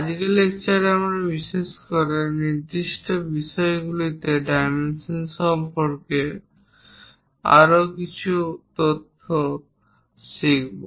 আজকের লেকচারে আমরা বিশেষ করে নির্দিষ্ট বিষয়গুলিতে ডাইমেনশন সম্পর্কে আরও কিছু জিনিস শিখব